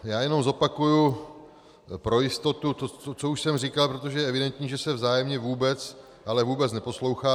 Já jenom zopakuji pro jistotu to, co už jsem říkal, protože je evidentní, že se vzájemně vůbec, ale vůbec neposloucháme.